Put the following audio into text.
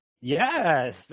Yes